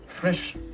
fresh